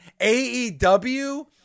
AEW